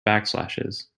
backslashes